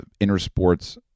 Intersports